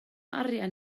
arian